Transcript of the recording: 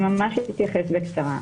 ממש בקצרה.